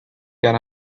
can